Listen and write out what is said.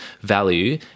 value